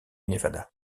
nevada